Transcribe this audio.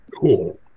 Cool